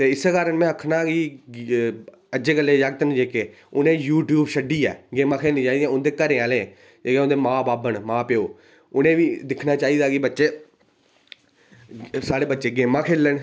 ते इस्सै कारण में आक्खना क अज्जै कल्लै दे जागत् न जेह्के उनेंगी यूट्यूब छड्डियै गेमां खेल्लनियां चाही दियां उंदे घरै आह्लें इंदे मां बब्ब न मां प्योऽ उनेंगी दिक्खना चाहिदा कि बच्चे साढ़े बच्चे गेमां खेल्लन